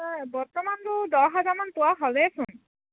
বৰ্তমানটো দহ হাজাৰমান পোৱা হ'লেইচোন